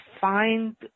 find